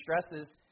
stresses